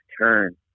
turn